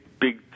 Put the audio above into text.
big